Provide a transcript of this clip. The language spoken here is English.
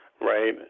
right